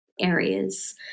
areas